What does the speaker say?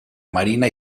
marina